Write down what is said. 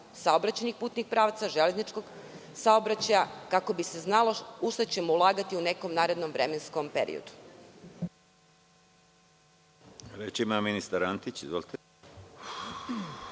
saobraćajnih putnih pravaca, železničkog saobraćaja, kako bi se znalo u šta ćemo ulagati u nekom narednom vremenskom periodu.